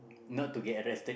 not to get arrested